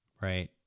Right